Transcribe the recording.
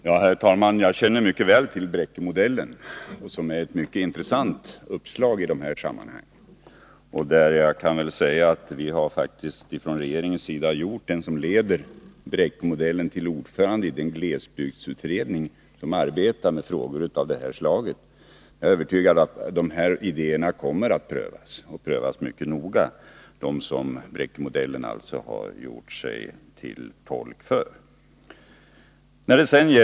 Herr talman! Jag känner mycket väl till Bräckemodellen, som är ett mycket intressant uppslag i dessa sammanhang. Jag kan nämna att regeringen faktiskt har gjort den som leder Bräckemodellen till ordförande i den glesbygdsutredning som arbetar med frågor av detta slag. Jag är övertygad om att de idéer som Bräckemodellen har gjort sig till tolk för kommer att prövas mycket noga.